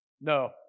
No